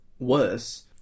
Worse